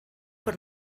per